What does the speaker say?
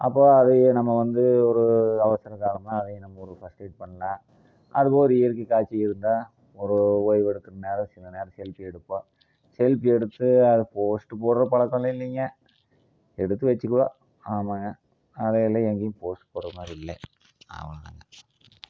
அப்போ அதைய நம்ம வந்து ஒரு அவசர காலமாக அவங்க நம்ம ஒரு ஃபஸ்டெய்டு பண்ணலாம் அதுக்கு ஒரு இயற்கை காட்சி இருந்தா ஒரு ஓய்வு எடுக்கிற நேரம் சில நேரம் செல்ஃபி எடுப்போம் செல்ஃபி எடுத்து அதை போஸ்ட் போடுற பழக்கம்லாம் இல்லைங்க எடுத்து வச்சுக்குவோம் ஆமாம்ங்க அதை எல்லாம் எங்கேயும் போஸ்ட் போடுறமாதிரி இல்லை அவ்வளோ தாங்க